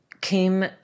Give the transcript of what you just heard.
came